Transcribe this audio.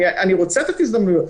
אני רוצה לתת הזדמנויות,